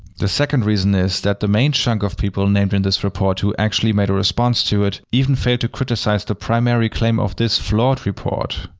the second reason is that the main chunk of people named in this report who actually made a response to it even failed to criticize the primary claim of this flawed report.